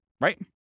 Right